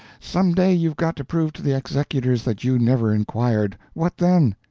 some day you've got to prove to the executors that you never inquired. what then?